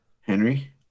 Henry